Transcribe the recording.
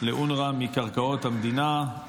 לאונר"א מקרקעות המדינה,